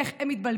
איך הם התבלבלו?